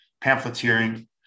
pamphleteering